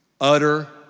utter